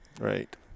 Right